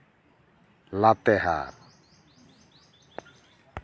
ᱞᱟᱛᱮᱦᱟᱨ